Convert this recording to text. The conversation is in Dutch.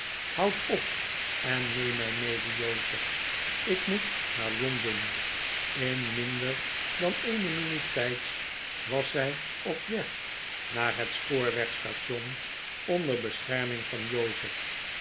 houd op en neem mij mede jozef ikmoet naar londen in minder dan eene minuut tijds was zij op weg naar het spoorwegstation onder beschernring van jozef